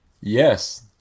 Yes